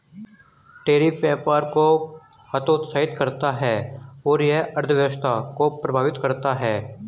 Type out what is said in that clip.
tariff व्यापार को हतोत्साहित करता है और यह अर्थव्यवस्था को प्रभावित करता है